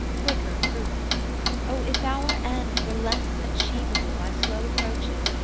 quicker proof oh if our end were less achievable by slow approaches,